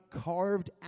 carved